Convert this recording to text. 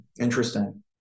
Interesting